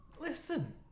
Listen